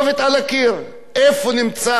איפה נמצא החור התקציבי?